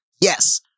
Yes